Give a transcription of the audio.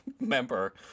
member